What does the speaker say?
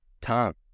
Tom